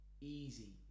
easy